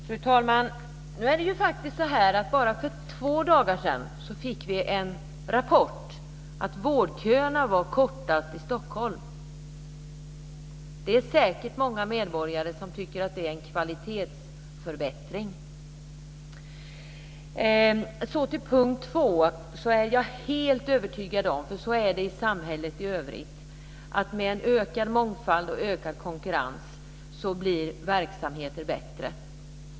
Fru talman! För bara två dagar sedan fick vi faktiskt en rapport om att vårdköerna är kortast i Stockholm. Det är säkert många medborgare som tycker att det är en kvalitetsförbättring. Så till punkt 2. Jag är helt övertygad om att verksamheter blir bättre med en ökad mångfald och ökad konkurrens, för så är det i samhället i övrigt.